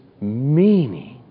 meaning